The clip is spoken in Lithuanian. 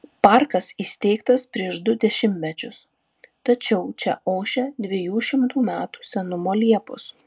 parkas įsteigtas prieš du dešimtmečius tačiau čia ošia dviejų šimtų metų senumo liepos